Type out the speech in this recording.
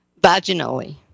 vaginally